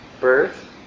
Birth